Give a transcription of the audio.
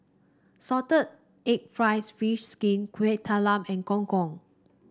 Salted Egg fries fish skin Kuih Talam and Gong Gong